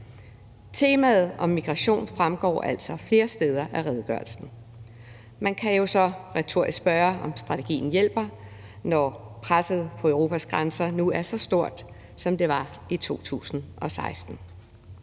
Temaet om migration fremgår altså flere steder af redegørelsen. Man kan jo så retorisk spørge, om strategien hjælper, når presset på Europas grænser nu er lige så stort, som det var i 2016.